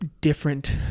different